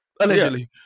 allegedly